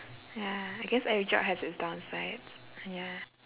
ya I guess every job has its downsides ya